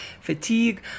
fatigue